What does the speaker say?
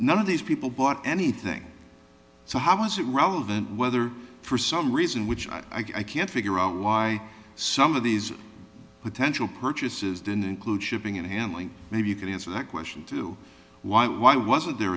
none of these people bought anything so how was it relevant whether for some reason which i can't figure out why some of these potential purchases didn't include shipping and handling maybe you can answer that question to why why wasn't there